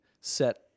set